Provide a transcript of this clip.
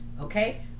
Okay